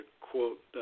quote